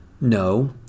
No